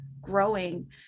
growing